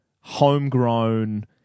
homegrown